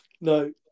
No